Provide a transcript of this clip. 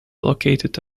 located